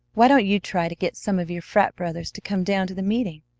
why don't you try to get some of your frat brothers to come down to the meeting?